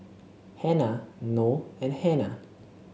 Hana Noh and Hana